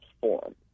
form